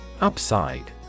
Upside